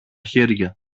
χέρια